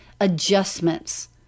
adjustments